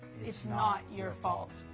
it's not your fault.